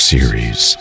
Series